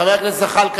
חבר הכנסת זחאלקה,